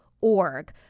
org